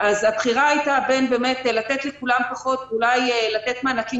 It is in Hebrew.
הבחירה הייתה בין לתת לכולם פחות ואולי לתת מענקים